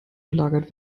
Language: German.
gelagert